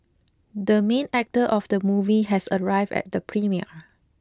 the main actor of the movie has arrived at the premiere